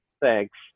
thanks